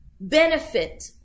benefit